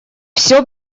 всё